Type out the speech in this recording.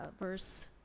verse